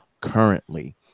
currently